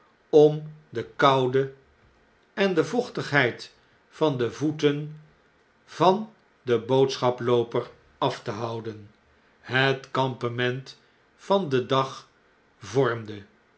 om de koude en de vochtigheid van de voeten van den boodschaplooper af te houden het kampement van den dag vormde